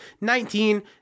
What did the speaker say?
Nineteen